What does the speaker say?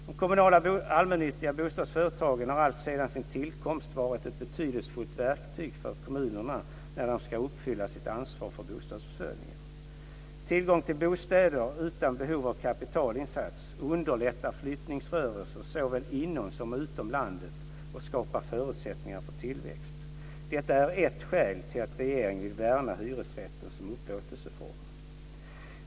De kommunala allmännyttiga bostadsföretagen har alltsedan sin tillkomst varit ett betydelsefullt verktyg för kommunerna när de ska uppfylla sitt ansvar inom bostadsförsörjningen. Tillgång till bostäder, utan behov av kapitalinsats, underlättar flyttningsrörelser såväl inom som utom landet och skapar förutsättningar för tillväxt. Detta är ett skäl till att regeringen vill värna om hyresrätten som upplåtelseform.